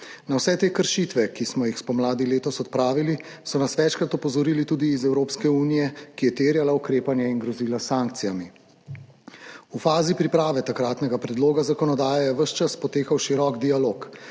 Na vse te kršitve, ki smo jih spomladi letos odpravili, so nas večkrat opozorili tudi iz Evropske unije, ki je terjala ukrepanje in grozila s sankcijami. V fazi priprave takratnega predloga zakonodaje je ves čas potekal širok dialog.